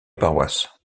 paroisse